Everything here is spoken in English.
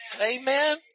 Amen